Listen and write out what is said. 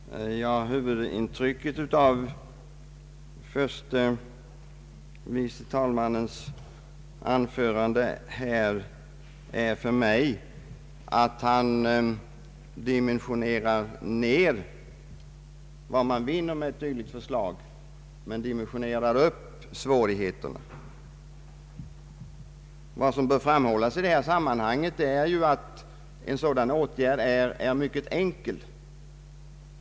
Herr talman! Huvudintrycket av herr förste vice talmannens anförande är för mig att han dimensionerar ner vad man vinner med ett genomförande av motionärernas förslag och att han dimen sionerar upp svårigheterna. Vad som bör framhållas i det här sammanhanget är ju att den föreslagna åtgärden är mycket enkel.